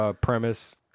premise